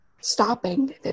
stopping